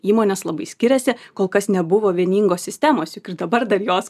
įmonės labai skiriasi kol kas nebuvo vieningos sistemos juk ir dabar dar jos